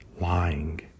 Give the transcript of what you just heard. Lying